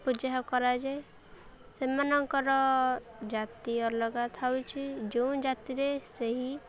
ପୂଜା କରାଯାଏ ସେମାନଙ୍କର ଜାତି ଅଲଗା ଥାଉଛି ଯେଉଁ ଜାତିରେ ସେହି